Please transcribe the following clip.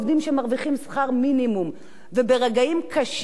וברגעים קשים אפילו את המשכורת הבסיסית או